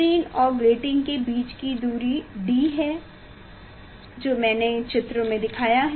screen और grating के बीच की दूरी D है जो मैंने चित्र में दिखाया है